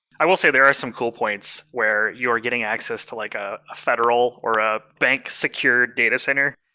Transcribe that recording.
i will say there are some cool points where you're getting access to like ah a federal or a bank secured datacenter.